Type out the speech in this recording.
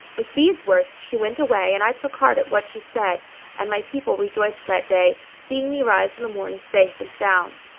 with these words she went away and i took heart at what she said and my people rejoiced that day, seeing me rise in the morning safe and sound.